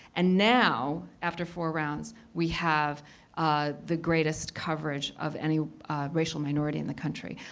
and now, after four rounds, we have ah the greatest coverage of any racial minority in the country.